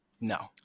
No